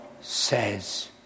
says